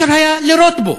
אפשר היה גם לירות בו,